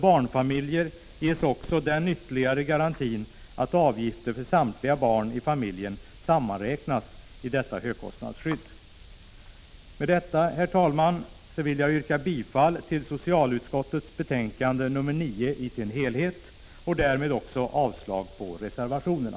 Barnfamiljer ges också den ytterligare garantin att avgifter för samtliga barn i familjen sammanräknas i detta högkostnadsskydd. Med detta, herr talman, vill jag yrka bifall till hemställan i socialutskottets betänkande nr 9 i dess helhet och därmed också avslag på reservationerna.